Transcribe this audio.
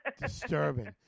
Disturbing